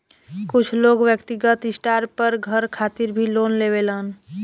कुछ लोग व्यक्तिगत स्टार पर घर खातिर भी लोन लेवेलन